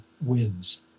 wins